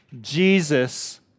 Jesus